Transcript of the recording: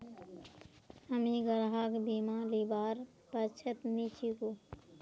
हामी गृहर बीमा लीबार पक्षत नी छिकु